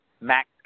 Max